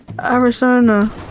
Arizona